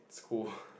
school